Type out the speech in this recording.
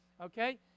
okay